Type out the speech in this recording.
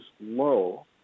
low